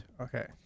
Okay